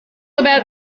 about